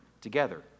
together